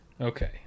Okay